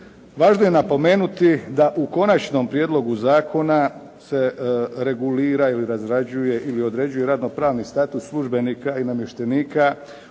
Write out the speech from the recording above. Važno je napomenuti da u konačnom prijedlogu zakona se reguliraju i razrađuju ili određuje radno-pravni status službenika i namještenika u